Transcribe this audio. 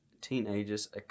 teenagers